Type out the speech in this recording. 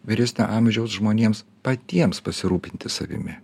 vyresnio amžiaus žmonėms patiems pasirūpinti savimi